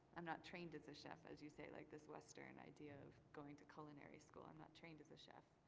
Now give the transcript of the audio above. i'm not trained as a chef, as you say like this western idea of going to culinary school, i'm not trained as a chef.